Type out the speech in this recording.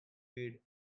weed